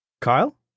Kyle